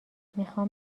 میخام